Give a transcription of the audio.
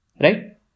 Right